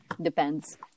depends